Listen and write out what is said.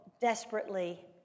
desperately